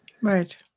right